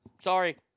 Sorry